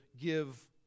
give